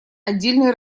отдельный